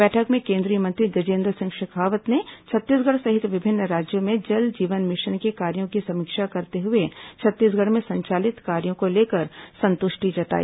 बैठक में केन्द्रीय मंत्री गजेन्द्र सिंह शेखावत ने छत्तीसगढ़ सहित विभिन्न राज्यों में जल जीवन मिशन के कार्यों की समीक्षा करते हुए छत्तीसगढ़ में संचालित कार्यों को लेकर संतुष्टि जताई